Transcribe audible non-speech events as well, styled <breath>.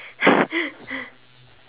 <breath> <laughs>